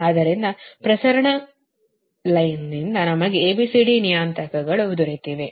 ಆದ್ದರಿಂದ ಪ್ರಸರಣ ರೇಖೆ ಯಿಂದ ನಮಗೆ A B C D ನಿಯತಾಂಕಗಳು ದೊರೆತಿವೆ